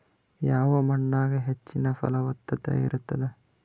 ಯಾವ ಮಣ್ಣಾಗ ಹೆಚ್ಚಿನ ಫಲವತ್ತತ ಇರತ್ತಾದ?